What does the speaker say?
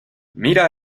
mira